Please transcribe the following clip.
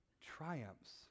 triumphs